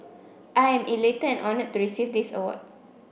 I am elated and honoured to receive this award